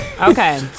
Okay